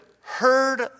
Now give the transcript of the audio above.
heard